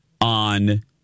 on